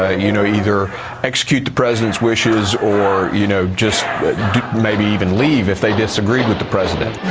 ah you know, either execute the president's wishes or, you know, just maybe even leave if they disagreed with the president